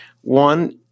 one